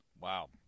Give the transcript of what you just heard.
Wow